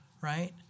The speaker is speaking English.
right